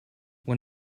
when